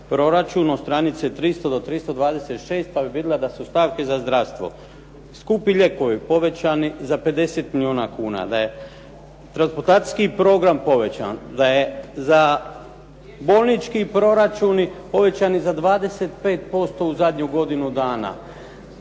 proračunu stranice 300. do 326. pa bi vidjela da su stavke za zdravstvo. Skupi lijekovi povećani za 50 milijuna, da je transplantacijski program povećan, da je za bolnički proračuni povećani za 25% u zadnju godinu dana,